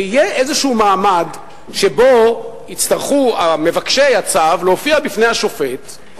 ויהיה איזה מעמד שבו יצטרכו מבקשי הצו להופיע בפני השופט או